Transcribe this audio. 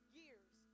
years